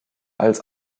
als